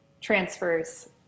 transfers